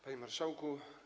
Panie Marszałku!